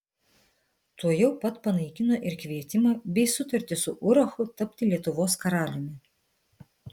tuojau pat panaikino ir kvietimą bei sutartį su urachu tapti lietuvos karaliumi